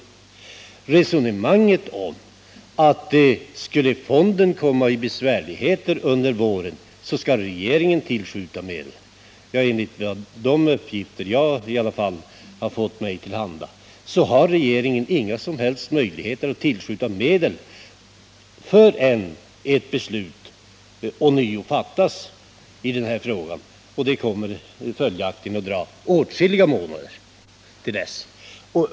Resonemanget ”om fonden skulle komma i besvärligheter under våren så skall regeringen tillskjuta medel” är litet egendomligt. Enligt de uppgifter jag har fått har regeringen inga som helst möjligheter att tillskjuta medel förrän ett beslut ånyo fattas i riksdagen i den här frågan. Det kommer att dröja åtskilliga månader till dess.